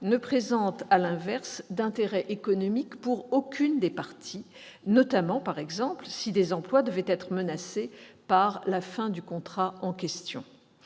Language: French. ne présente, à l'inverse, d'intérêt économique pour aucune des parties, par exemple si des emplois devaient être menacés par la fin du contrat en question.